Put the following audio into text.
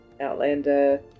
Outlander